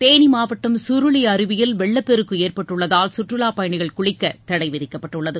தேனி மாவட்டம் சுருளி அருவியில் வெள்ளப்பெருக்கு ஏற்பட்டுள்ளதால் சுற்றுலா பயணிகள் குளிக்க தடை விதிக்கப்பட்டுள்ளது